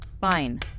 Fine